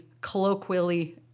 colloquially